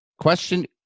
question